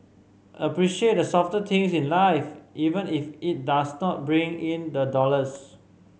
appreciate the softer things in life even if it does not bring in the dollars